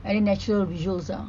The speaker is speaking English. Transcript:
I mean natural visuals ah